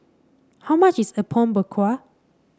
how much is Apom Berkuah